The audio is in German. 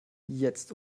jetzt